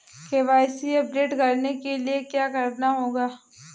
KYC update करने के लिए क्या करना होगा?